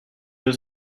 was